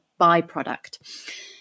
byproduct